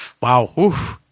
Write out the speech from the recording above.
Wow